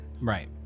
Right